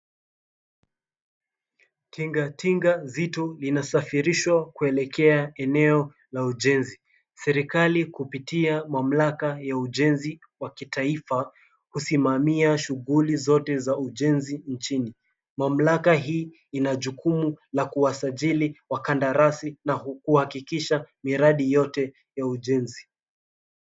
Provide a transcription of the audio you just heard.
Tingatinga nzito linasafirishwa kuelekea eneo la ujenzi. Serikali kupitia mamlaka ya ujenzi wa kitaifa husimamia shughuli zote za ujenzi inchini. Mamlaka hii inajukumu la kuwasajili wakandarasi na kuhakikisha miradi yote ya ujenzi.